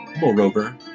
moreover